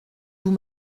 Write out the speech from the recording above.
vous